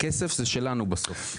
הכסף הוא שלנו בסוף.